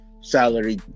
salary